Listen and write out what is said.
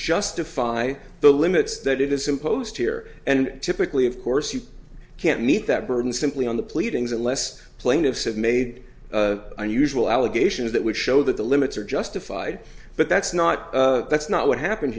justify the limits that it is imposed here and typically of course you can't meet that burden simply on the pleadings unless plaintiffs have made unusual allegations that would show that the limits are justified but that's not that's not what happened